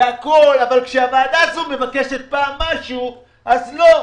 והכול, אבל כשהוועדה הזו מבקשת פעם משהו, אז לא.